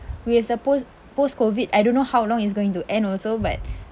with the post post COVID I don't know how long it's going to end also but